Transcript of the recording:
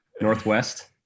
Northwest